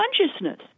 consciousness